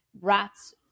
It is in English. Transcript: Rats